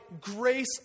grace